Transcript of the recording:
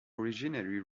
originally